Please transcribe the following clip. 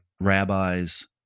rabbis